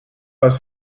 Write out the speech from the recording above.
pas